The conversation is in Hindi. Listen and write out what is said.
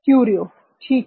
क्युरिओ ठीक है